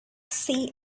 see